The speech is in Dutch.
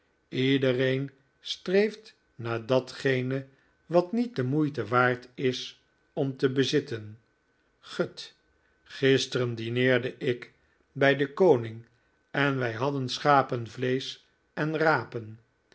iedereen streeft naar datgene wat niet de moeite waard is om te bezitten gut gisteren dineerde ik bij den koning en wij hadden schapenvleesch en rapen